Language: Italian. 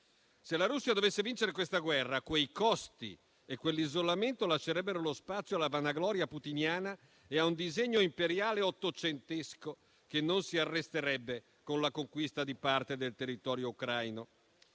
Se la Russia dovesse vincere questa guerra, quei costi e quell'isolamento lascerebbero lo spazio alla vanagloria putiniana e a un disegno imperiale ottocentesco che non si arresterebbe con la conquista di parte del territorio ucraino.